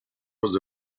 was